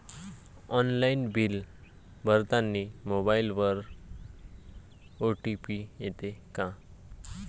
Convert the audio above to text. Online bill भरतानी मोबाईलवर OTP येते का?